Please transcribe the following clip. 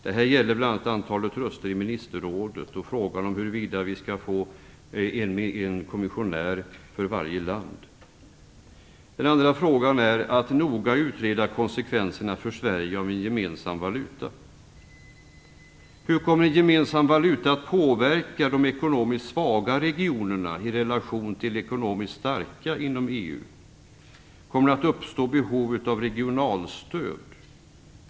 Det gäller bl.a. antalet röster i ministerrådet och frågan om huruvida varje land skall få rätt till en egen kommissionär. 2. Att noga utreda konsekvenserna för Sverige av en gemensam valuta. Hur kommer en gemensam valuta att påverka de ekonomiskt svaga regionerna i relation till de ekonomiskt starka inom EU? Kommer det att uppstå behov av regionalstöd?